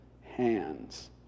hands